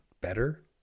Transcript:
better